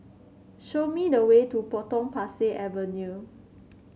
show me the way to Potong Pasir Avenue